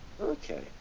Okay